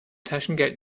taschengeld